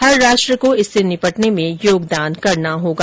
हर राष्ट्र को इससे निपटने में योगदान करना होगा